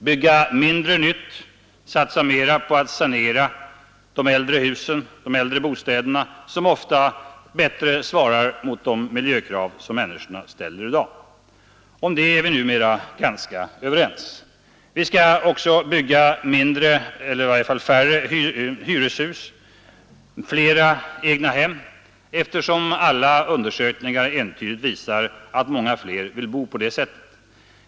Bygga mindre nytt och satsa mera på att sanera de äldre bostäderna, som ofta bättre svarar mot de miljökrav som människorna har i dag. Om det är vi numera ganska överens. Vi skall också bygga färre hyreshus och flera egnahem, eftersom alla undersökningar entydigt visar att många fler vill bo på det senare sättet.